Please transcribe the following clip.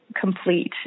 complete